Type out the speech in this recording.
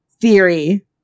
theory